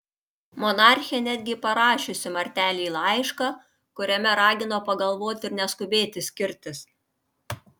monarchė netgi parašiusi martelei laišką kuriame ragino pagalvoti ir neskubėti skirtis